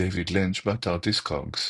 דייוויד לינץ', באתר Discogs